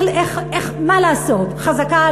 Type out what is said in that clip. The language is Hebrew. מה לעשות?